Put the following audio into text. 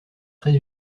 très